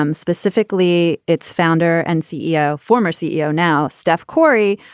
um specifically its founder and ceo, former ceo, now steph curry.